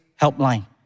Helpline